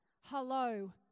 Hello